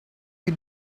you